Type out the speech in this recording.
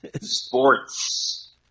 Sports